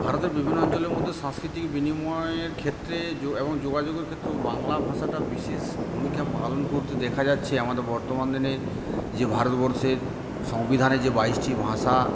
ভারতের বিভিন্ন অঞ্চলের মধ্যে সাংস্কৃতিক বিনিময়ের ক্ষেত্রে এবং যোগাযোগের ক্ষেত্রেও বাংলা ভাষাটা বিশেষ ভূমিকা পালন করতে দেখা যাচ্ছে আমাদের বর্তমান দিনের যে ভারতবর্ষের সংবিধানে যে বাইশটি ভাষা